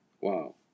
Wow